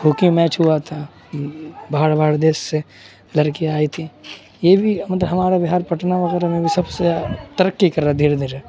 hockey match ہوا تھا باہر باہر دیس سے لڑکیاں آئی تھیں یہ بھی مطلب ہمارا بہار پٹنہ وغیرہ میں بھی سب سے ترقی کر رہا دھیرے دھیرے